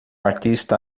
artista